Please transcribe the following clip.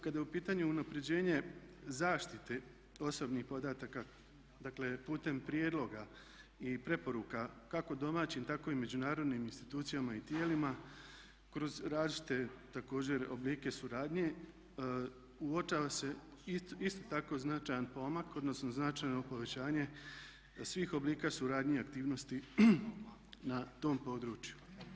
Kada je u pitanju unaprjeđenje zaštite osobnih podataka dakle putem prijedloga i preporuka kako domaćim tako i međunarodnim institucijama i tijelima kroz različite također oblike suradnje uočava se isto tako značajan pomak odnosno značajno povećanje svih oblika suradnje i aktivnosti na tom području.